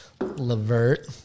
Levert